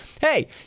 Hey